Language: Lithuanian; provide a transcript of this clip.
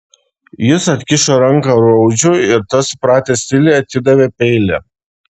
jis atkišo ranką raudžiui ir tas supratęs tyliai atidavė peilį